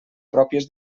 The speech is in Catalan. pròpies